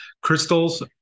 Crystal's